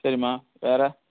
சரிம்மா வேறு